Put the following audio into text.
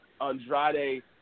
Andrade